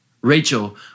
rachel